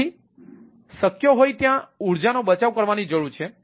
તેથી શક્ય હોય ત્યાં ઊર્જાનો બચાવ કરવાની જરૂર છે